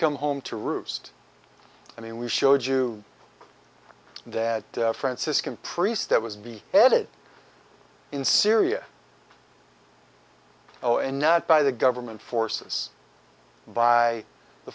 come home to roost i mean we showed you that franciscan priest that was be headed in syria oh and not by the government forces by the